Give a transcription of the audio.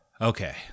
Okay